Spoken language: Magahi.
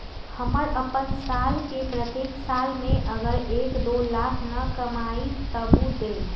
हम अपन साल के प्रत्येक साल मे अगर एक, दो लाख न कमाये तवु देम?